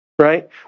right